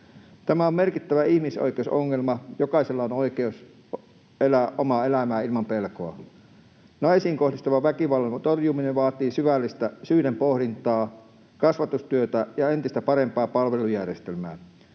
Tämä on merkittävä ihmisoikeusongelma. Jokaisella on oikeus elää omaa elämää ilman pelkoa. Naisiin kohdistuvan väkivallan torjuminen vaatii syvällistä syiden pohdintaa, kasvatustyötä ja entistä parempaa palvelujärjestelmää.